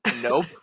Nope